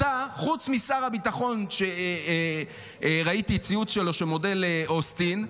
חוץ משר הביטחון, שראיתי ציוץ שלו שמודה לאוסטין,